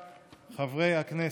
וקבוצת חברי הכנסת.